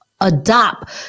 adopt